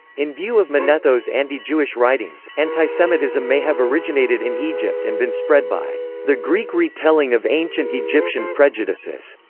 in view of manetho's anti-jewish writings, antisemitism may have originated in egypt and been spread by the greek retelling of ancient egyptian prejudices.